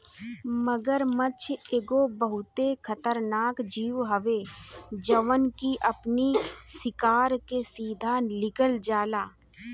मगरमच्छ एगो बहुते खतरनाक जीव हवे जवन की अपनी शिकार के सीधा निगल जाला